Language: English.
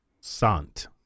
sant